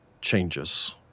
changes